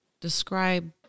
Describe